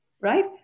right